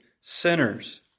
sinners